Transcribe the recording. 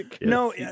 No